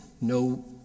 No